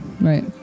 right